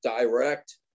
direct